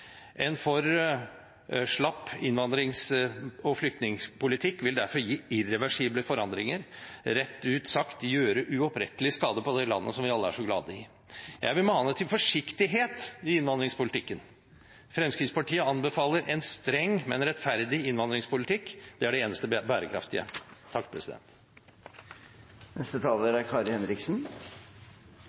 En for slapp innvandrings- og flyktningpolitikk vil derfor gi irreversible forandringer, rett ut sagt gjøre uopprettelig skade på det landet vi alle er så glad i. Jeg vil mane til forsiktighet i innvandringspolitikken. Fremskrittspartiet anbefaler en streng, men rettferdig innvandringspolitikk. Det er det eneste bærekraftige.